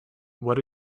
what